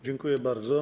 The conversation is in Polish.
Dziękuję bardzo.